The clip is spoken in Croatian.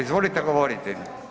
Izvolite govoriti.